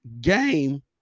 game